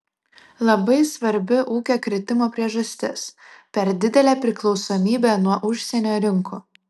labai svarbi ūkio kritimo priežastis per didelė priklausomybė nuo užsienio rinkų